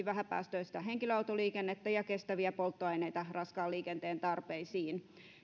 vähäpäästöistä henkilöautoliikennettä ja kestäviä polttoaineita raskaan liikenteen tarpeisiin